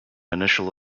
initial